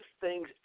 thing's